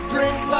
Drink